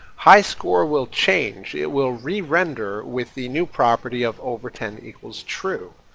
high score will change. it will re-render with the new property of overten equals true,